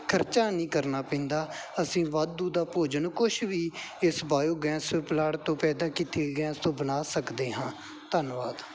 ਖਰਚਾ ਨਹੀਂ ਕਰਨਾ ਪੈਂਦਾ ਅਸੀਂ ਵਾਧੂ ਦਾ ਭੋਜਨ ਕੁਛ ਵੀ ਇਸ ਬਾਇਓਗੈਸ ਪਲਾਟ ਤੋਂ ਪੈਦਾ ਕੀਤੀ ਗੈਸ ਤੋਂ ਬਣਾ ਸਕਦੇ ਹਾਂ ਧੰਨਵਾਦ